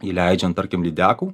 įleidžiant tarkim lydekų